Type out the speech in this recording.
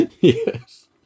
Yes